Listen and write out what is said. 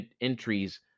entries